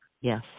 yes